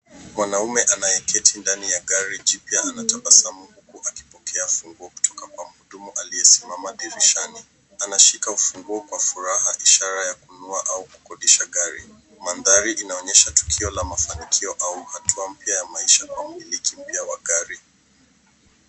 Mwanaume anayeketi ndani ya gari jipya anatabasamu huku akipokea funguo kutoka Kwa mhudumu aliyesimama dirishani. Anashika ufunguo Kwa furaha ishara ya kununua au kukodisha gari. Mandhari inaonyesha tukio la mafanikio au hatua mpya ya maisha Kwa mmiliki mpya wa gari.